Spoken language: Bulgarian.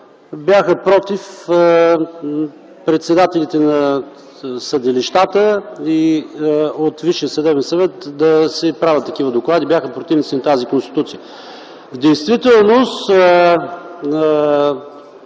бяха против председателите на съдилищата и Висшият съдебен съвет да правят такива доклади, бяха противници на тази конституция. В действителност